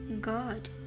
God